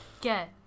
Get